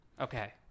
Okay